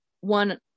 one